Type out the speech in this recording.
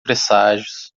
presságios